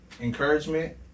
Encouragement